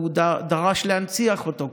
הוא דרש להנציח אותו כראוי: